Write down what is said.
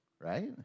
Right